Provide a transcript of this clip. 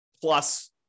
plus